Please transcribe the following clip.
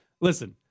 listen